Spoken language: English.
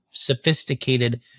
sophisticated